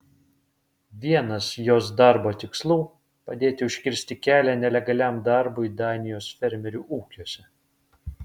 vienas jos darbo tikslų padėti užkirsti kelią nelegaliam darbui danijos fermerių ūkiuose